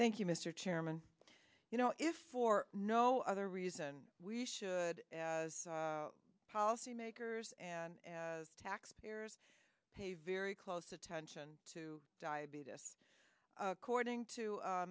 thank you mr chairman you know if for no other reason we should as policymakers and taxpayers pay very close attention to diabetes according to a